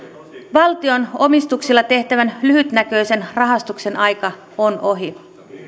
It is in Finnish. valtion omistuksilla tehtävän lyhytnäköisen rahastuksen aika on ohi